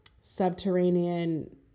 subterranean